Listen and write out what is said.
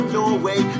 Norway